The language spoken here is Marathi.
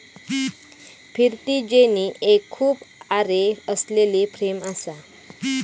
फिरती जेनी एक खूप आरे असलेली फ्रेम असा